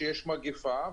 שיש מגפה,